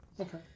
Okay